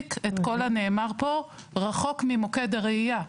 להחזיק את כל הנאמר פה רחוק ממוקד הרעייה.